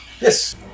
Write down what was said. Yes